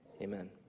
Amen